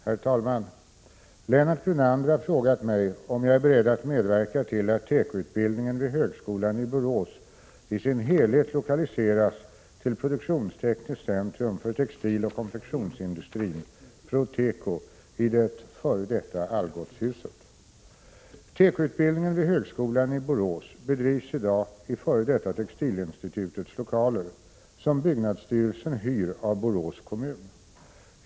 Herr talman! Lennart Brunander har frågat mig om jag är beredd att medverka till att tekoutbildningen vid högskolan i Borås i sin helhet lokaliseras till produktionstekniskt centrum för textiloch konfektionsindustrin i det f.d. Algotshuset. Tekoutbildningen vid högskolan i Borås bedrivs i dag i f. d. Textilinstitutets lokaler, som byggnadsstyrelsen hyr av Borås kommun.